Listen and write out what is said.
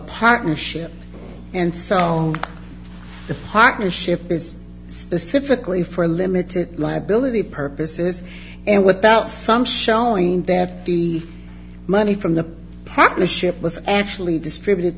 partnership and so the partnership is specifically for limited liability purposes and without some showing that the money from the premiership was actually distributed